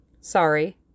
Sorry